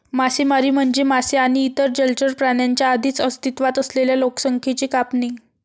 मासेमारी म्हणजे मासे आणि इतर जलचर प्राण्यांच्या आधीच अस्तित्वात असलेल्या लोकसंख्येची कापणी